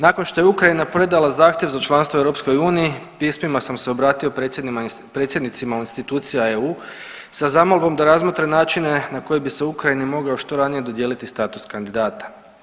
Nakon što je Ukrajina predala zahtjev za članstvo u EU pismima sam se obratio predsjednicima u institucijama EU sa zamolbom da razmotre načine na koje bi se Ukrajini mogao što ranije dodijeliti status kandidata.